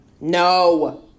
no